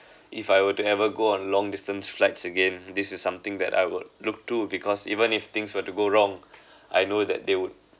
if I were to ever go on long distance flights again this is something that I will look to because even if things were to go wrong I know that they would